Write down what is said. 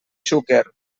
xúquer